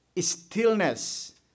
stillness